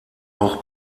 auch